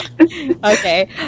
Okay